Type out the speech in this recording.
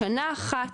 לשנה אחת,